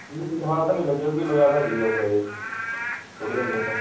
ਫਿਲਹਾਲ ਤਾਂ ਨਹੀਂ ਲੱਗਿਆ ਵੀ ਲਗਾ ਦੇ ਕੋਈ ਆਫ਼ਰ